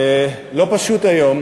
לא פשוט היום,